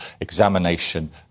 examination